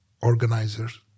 organizers